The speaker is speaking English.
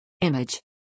Image